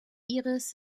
iris